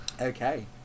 Okay